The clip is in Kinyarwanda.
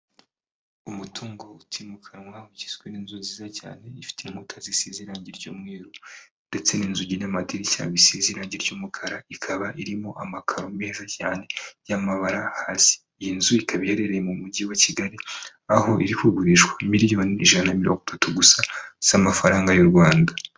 Umutungo utimukanwa ugizwe n'inzu nziza cyane ifite inkuta zisize irangi ry'umweru ndetse n'inzugi n'amadirishya bisize irangi ry'umukara, ikaba irimo amakaro meza cyane y'amabara hasi, iyi nzu ikaba iherereye mu Mujyi wa Kigali, aho iri kugurishwa miliyoni ijana na mirongo itatu gusa z'amafaranga y'u Rwanda.